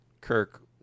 Kirk